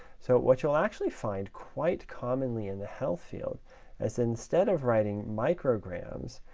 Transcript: so what you'll actually find quite commonly in the health field is instead of writing micrograms,